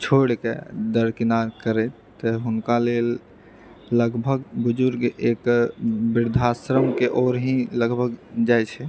छोड़ि कऽ दरकिनार करै तऽ हुनका लेल लगभग बुजुर्ग एक बृद्धाश्रमके ओर ही लगभग जाइत छै